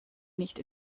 nicht